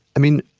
i mean